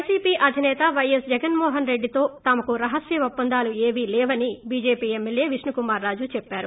YCP అధినేత YS Jaganmohan రెడ్డితో తమకు రహస్య ఒప్పందాలు ఏమీ లేవని చీజేపీ ఎమ్మెల్యే విష్ణుకుమార్ రాజు చెప్పారు